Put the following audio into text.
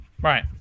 Right